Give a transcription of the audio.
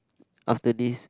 after this